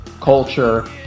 culture